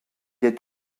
est